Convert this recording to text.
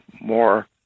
more